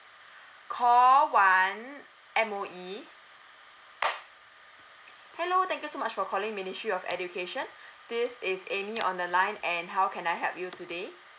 call one M_O_E hello thank you so much for calling ministry of education this is amy on the line and how can I help you today